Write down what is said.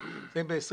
אנחנו נמצאים ב-2021,